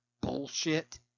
bullshit